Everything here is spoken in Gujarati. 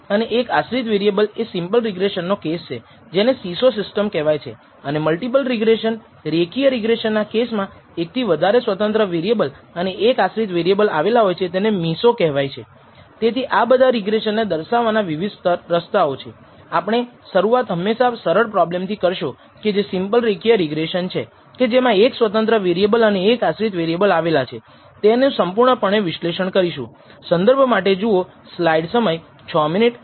અને તેથી આપણે આ વ્યાખ્યાનમાં પ્રથમ બે પ્રશ્નો જોશું જે નક્કી કરવા માટે છે કે રેખીય મોડેલ કે જે આપણે ફીટ કર્યું છે તે સારું છે કે કેમ અને આપણે કેવી રીતે નક્કી કરી શકીએ કે રેખીય મોડેલના ગુણાંક મહત્વપૂર્ણ છે કે કેમ